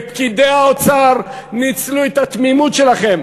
פקידי האוצר ניצלו את התמימות שלכם,